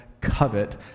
covet